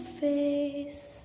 face